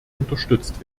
unterstützt